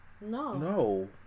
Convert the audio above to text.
No